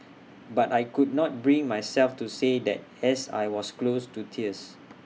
but I could not bring myself to say that as I was close to tears